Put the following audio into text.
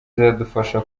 izadufasha